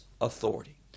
authority